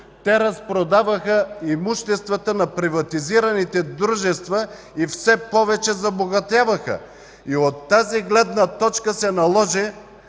те разпродаваха имуществата на приватизираните дружества и все повече забогатяваха. От тази гледна точка се наложи